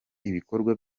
ibikorwa